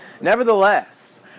Nevertheless